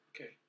Okay